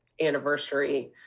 anniversary